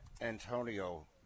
Antonio